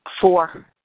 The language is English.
four